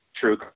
true